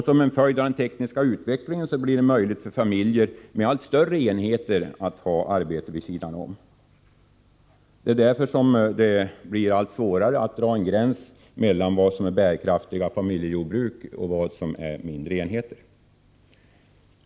Som en följd av den tekniska utvecklingen blir det möjligt för familjer med allt större jordbruksenheter att ha arbete vid sidan om. Det är därför det också blir allt svårare att dra en gräns mellan vad som är bärkraftiga familjejordbruk och vad som är mindre enheter.